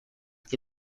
que